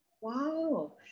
Wow